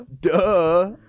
duh